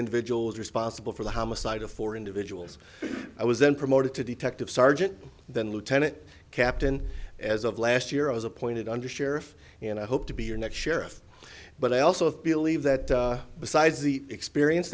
individual's responsible for the homicide of four individuals i was then promoted to detective sergeant then lieutenant captain as of last year i was appointed under sheriff and i hope to be your next sheriff but i also believe that besides the experience